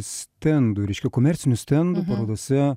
stendų reiškia komercinių stendų parodose